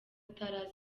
atari